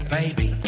baby